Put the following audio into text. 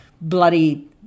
bloody